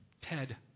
Ted